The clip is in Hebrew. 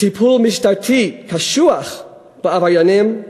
טיפול משטרתי קשוח בעבריינים,